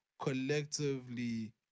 collectively